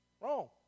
Wrong